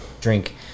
drink